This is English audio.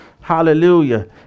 Hallelujah